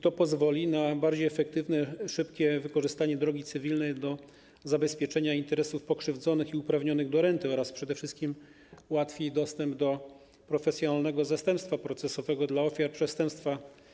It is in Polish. To pozwoli na bardziej efektywne, szybkie wykorzystanie drogi cywilnej do zabezpieczenia interesów pokrzywdzonych i uprawnionych do renty oraz przede wszystkim ułatwi dostęp do profesjonalnego zastępstwa procesowego dla ofiar przestępstwa.